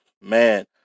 Man